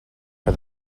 for